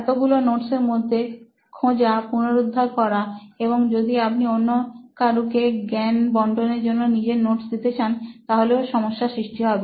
এতগুলো নোটস এর মধ্যে খোঁজা পুনরুদ্ধার করা এবং যদি আপনি অন্য কারোকে জ্ঞান বন্টনের জন্য নিজের নোটস দিতে চান তাহলেও সমস্যার সৃষ্টি হবে